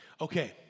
Okay